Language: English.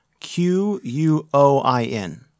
Q-U-O-I-N